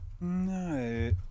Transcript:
no